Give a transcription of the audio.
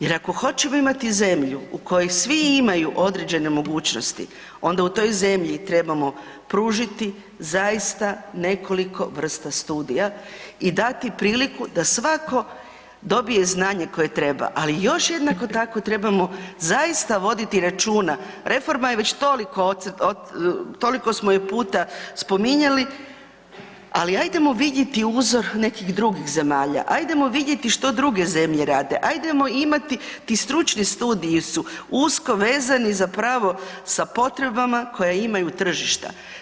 Jer ako hoćemo imati zemlju u kojoj svi imaju određene mogućnosti, onda u toj zemlji trebamo pružiti zaista nekoliko vrsta studija i dati priliku da svatko dobije znanje koje trebali, ali još, jednako tako, trebamo zaista voditi računa, reforma je već toliko smo je puta spominjali, ali ajdemo vidjeti uzor nekih drugih zemalja, ajdemo vidjeti što druge zemlje rade, ajdemo imati ti stručni studiji su usko vezani zapravo sa potrebama koje imaju tržišta.